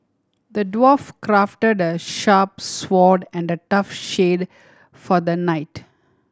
the dwarf crafted a sharp sword and a tough shield for the knight